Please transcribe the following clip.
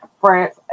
France